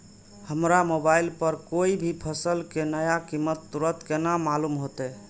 हमरा मोबाइल पर कोई भी फसल के नया कीमत तुरंत केना मालूम होते?